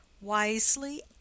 wisely